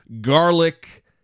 garlic